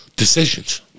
Decisions